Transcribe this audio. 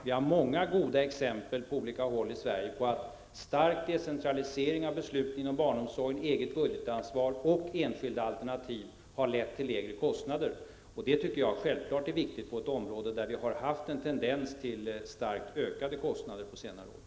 Vi har på olika håll i Sverige många goda exempel på att en stark decentralisering av besluten inom barnomsorgen, ett eget budgetansvar och enskilda alternativ har lett till lägre kostnader. Detta är självfallet viktigt på ett område där det på senare år har funnits en tendens till starkt ökade kostnader.